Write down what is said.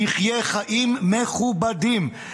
יחיה חיים מכובדים.